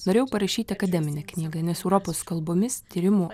norėjau parašyti akademinę knygą nes europos kalbomis tyrimų